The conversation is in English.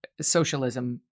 socialism